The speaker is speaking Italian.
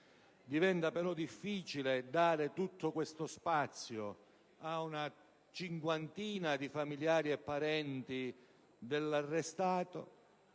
Diventa però difficile dare tutto questo spazio ad una cinquantina di familiari e parenti dell'arrestato